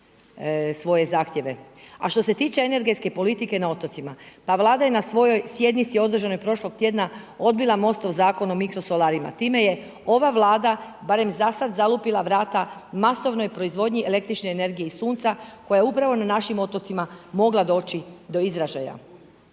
svoje zahtjeve. A što se tiče energetske politike na otocima, pa Vlada je na svojoj sjednici održanoj prošlog tjedna, odbila MOST-ov zakon o mikrosolarima, time je ova Vlada barem zasad zalupila vrata masovnoj proizvodnji električne energije i sunca koja je upravo na našim otocima mogla doći do izražaja.